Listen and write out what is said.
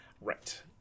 Right